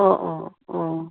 অঁ অঁ অঁ